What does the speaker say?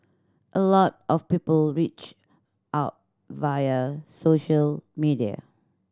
a lot of people reach out via social media